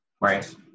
Right